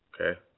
Okay